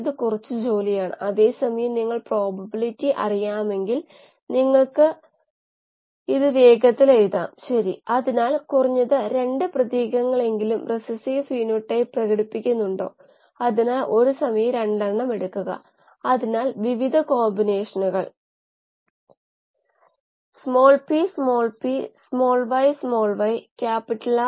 അവയെല്ലാം വലിയ തോതിലുള്ള പ്രതിനിധി വ്യവസ്ഥകളുമായി സമ്പർക്കം പുലർത്തുന്നു അതിനുശേഷം ഒരു സ്കെയിൽ ഡൌൺ പ്രക്രിയയിൽ നിന്നുള്ള ഫലങ്ങളിൽ കൂടുതൽ ആത്മവിശ്വാസമുണ്ടാകും പ്രത്യേകിച്ച് വ്യവസായ തലത്തിൽ